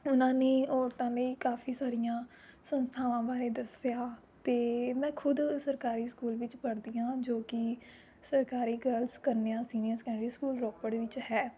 ਉਹਨਾਂ ਨੇ ਔਰਤਾਂ ਲਈ ਕਾਫੀ ਸਾਰੀਆਂ ਸੰਸਥਾਵਾਂ ਬਾਰੇ ਦੱਸਿਆ ਅਤੇ ਮੈਂ ਖੁਦ ਸਰਕਾਰੀ ਸਕੂਲ ਵਿੱਚ ਪੜ੍ਹਦੀ ਹਾਂ ਜੋ ਕਿ ਸਰਕਾਰੀ ਗਰਲਜ਼ ਕੰਨਿਆ ਸੀਨੀਅਰ ਸੈਕੰਡਰੀ ਸਕੂਲ ਰੋਪੜ ਵਿੱਚ ਹੈ